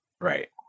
Right